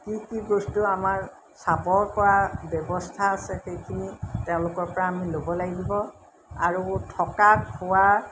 কি কি বস্তু আমাৰ চাপৰ পৰা ব্যৱস্থা আছে সেইখিনি তেওঁলোকৰ পৰা আমি ল'ব লাগিব আৰু থকা খোৱা